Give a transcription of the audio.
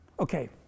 Okay